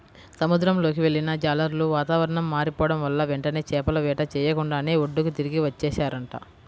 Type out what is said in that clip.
సముద్రంలోకి వెళ్ళిన జాలర్లు వాతావరణం మారిపోడం వల్ల వెంటనే చేపల వేట చెయ్యకుండానే ఒడ్డుకి తిరిగి వచ్చేశారంట